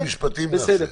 סדנה למשפטים נעשה --- בסדר.